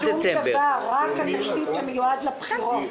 שום דבר, רק התקציב שמיועד לבחירות.